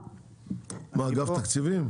מה, אגף תקציבים?